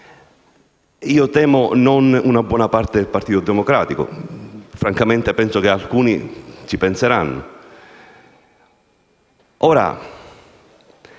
e, temo, non una buona parte del Partito Democratico (francamente, penso che alcuni ci penseranno).